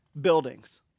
buildings